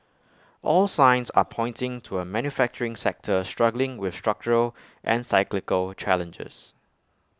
all signs are pointing to A manufacturing sector struggling with structural and cyclical challenges